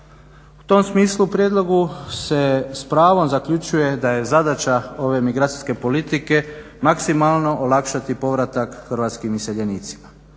U tom smislu u prijedlogu se s pravom zaključuje da je zadaća ove migracijske politike maksimalno olakšati povratak Hrvatskim iseljenicima.